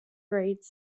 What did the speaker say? grades